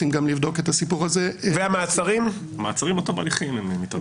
ומעצרים עד תום הליכים.